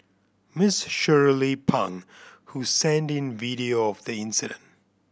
Miss Shirley Pang who sent in video of the incident